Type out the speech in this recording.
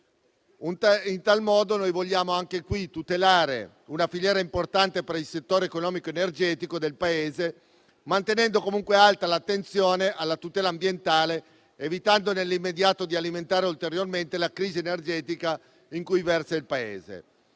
In tal modo vogliamo tutelare una filiera importante per il settore economico ed energetico del Paese, mantenendo comunque alta l’attenzione alla tutela ambientale, evitando nell’immediato di alimentare ulteriormente la crisi energetica in cui versa il Paese.